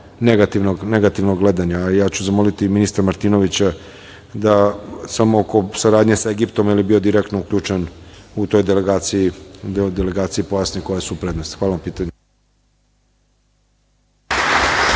negativnog gledanja. Ja ću zamoliti ministra Martinovića da samo oko saradnje sa Egiptom, jer je bio direktno uključen u toj delegaciji, da pojasni koje su prednosti. Hvala na pitanju.